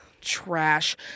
trash